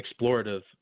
explorative